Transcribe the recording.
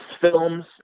films